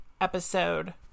episode